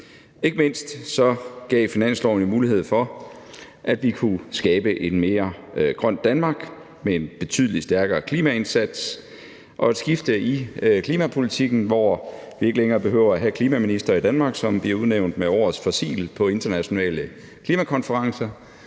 Ikke mindst gav finansloven mulighed for, at vi kunne skabe et mere grønt Danmark med en betydelig stærkere klimaindsats og et skifte i klimapolitikken, så vi ikke længere behøver at have klimaministre i Danmark, som bliver udnævnt til årets fossil på internationale klimakonferencer,